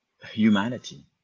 Humanity